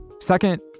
Second